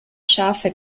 schafe